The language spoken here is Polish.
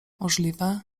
możliwe